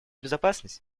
безопасность